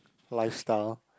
lifestyle